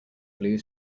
blue